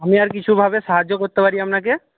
আমি আর কিছুভাবে সাহায্য করতে পারি আপনাকে